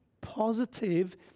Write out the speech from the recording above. positive